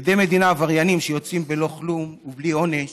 עדי מדינה עבריינים שיוצאים בלא כלום ובלי עונש